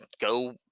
Go